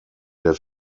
der